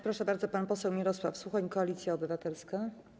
Proszę bardzo, pan poseł Mirosław Suchoń, Koalicja Obywatelska.